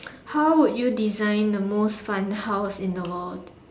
how would you design the most fun house in the world